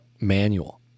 manual